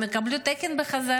הם יקבלו את התקן בחזרה,